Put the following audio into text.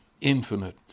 infinite